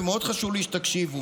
ומאוד חשוב לי שתקשיבו,